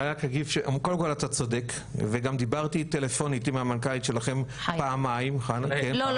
קודם כל אתה צודק וגם דיברתי טלפונית עם המנכ"לית שלכם פעמיים- -- לא,